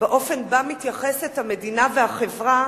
באופן שבו מתייחסות המדינה והחברה